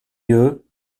eux